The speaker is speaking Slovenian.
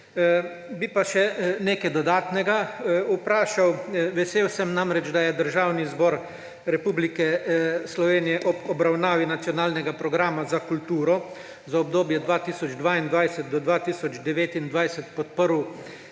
Bi pa še nekaj dodatnega vprašal. Vesel sem namreč, da je Državni zbor Republike Slovenije ob obravnavi nacionalnega programa za kulturo za obdobje 2022–2029 podprl